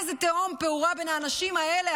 איזו תהום פעורה בין האנשים האלה,